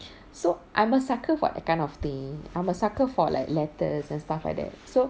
so I'm a sucker for that kind of thing I'm a sucker for like letters and stuff like that so